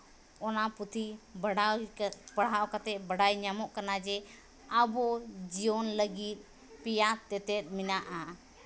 ᱚᱱᱟ ᱯᱩᱛᱷᱤ ᱵᱟᱰᱟᱭ ᱯᱟᱲᱦᱟᱣ ᱠᱟᱛᱮᱫ ᱵᱟᱰᱟᱭ ᱧᱟᱢᱚᱜ ᱠᱟᱱᱟ ᱡᱮ ᱟᱵᱚ ᱡᱤᱭᱚᱱ ᱞᱟᱹᱜᱤᱫ ᱯᱮᱭᱟ ᱛᱮᱛᱮᱫ ᱢᱮᱱᱟᱜᱼᱟ